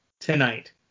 tonight